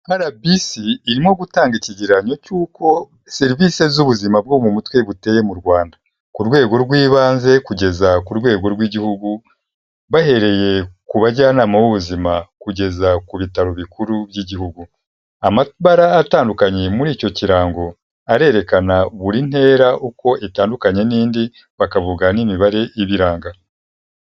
RBC irimo gutanga ikigereranyo cy'uko serivisi z'ubuzima bwo mu mutwe buteye mu Rwanda ku rwego rw'ibanze kugeza ku rwego rw'igihugu bahereye ku bajyanama b'ubuzima kugeza ku bitaro bikuru by'igihugu. Amabara atandukanye muri icyo kirango arerekana buri ntera uko itandukanye n'indi bakavuga n'imibare ibiranga.